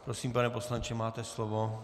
Prosím, pane poslanče, máte slovo.